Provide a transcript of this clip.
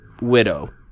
widow